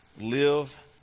live